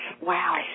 Wow